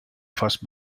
first